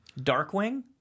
Darkwing